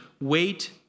Wait